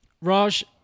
Raj